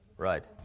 Right